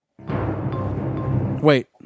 Wait